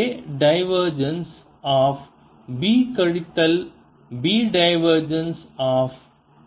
A divergence of B கழித்தல் B divergence of A